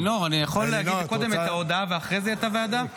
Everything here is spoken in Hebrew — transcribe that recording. אני יכול להגיד קודם את ההודעה ואחרי זה את הוועדה?